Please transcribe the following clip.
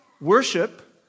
worship